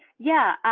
yeah,